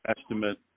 estimate